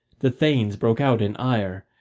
the thanes broke out in ire,